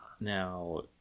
Now